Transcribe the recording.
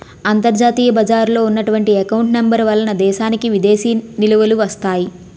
అంతర్జాతీయ బజారులో ఉన్నటువంటి ఎకౌంట్ నెంబర్ వలన దేశానికి విదేశీ నిలువలు వస్తాయి